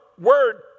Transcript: word